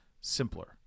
simpler